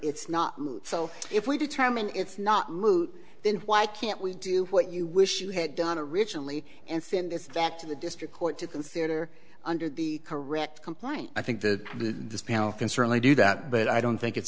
it's not so if we determine it's not moot then why can't we do what you wish you had done a ritually and send it back to the district court to consider under the correct compliance i think that this panel can certainly do that but i don't think it's